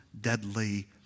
deadly